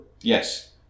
yes